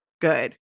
good